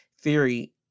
Theory